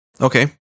Okay